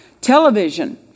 television